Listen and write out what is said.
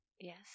Yes